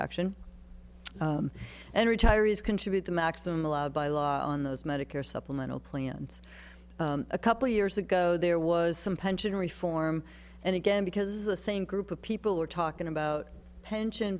action and retirees contribute the maximum allowed by law on those medicare supplemental plans a couple of years ago there was some pension reform and again because the same group of people were talking about pension